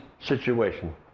situation